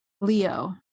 Leo